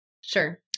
Sure